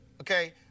okay